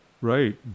Right